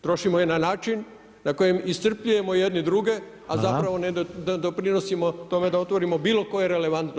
Trošimo je na način, na kojem iscrpljujemo jedni druge, a zapravo ne doprinosimo tome da otvorimo bilo koje relevantno